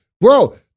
Bro